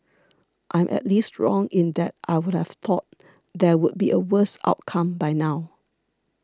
I am at least wrong in that I would've thought there would be a worse outcome by now